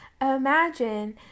Imagine